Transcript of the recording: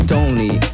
Tony